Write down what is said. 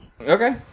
Okay